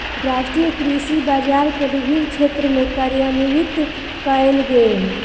राष्ट्रीय कृषि बजार के विभिन्न क्षेत्र में कार्यान्वित कयल गेल